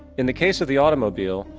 in the case of the automobile,